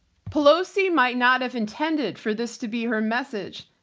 pelosi might not have intended for this to be her message,